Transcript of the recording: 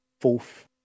fourth